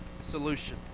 solution